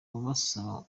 basaba